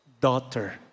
daughter